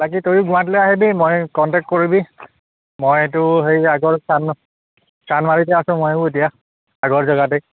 বাকী তয়ো গুৱাহাটীলৈ আহিবি মই কণ্টেক্ট কৰিবি মইতো হেৰি আগৰ চান চানমাৰিতে আছোঁ ময়ো এতিয়া আগৰ জেগাতেই